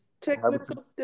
technical